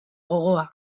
gogoa